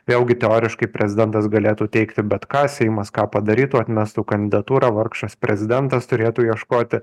vėlgi teoriškai prezidentas galėtų teikti bet ką seimas ką padarytų atmestų kandidatūrą vargšas prezidentas turėtų ieškoti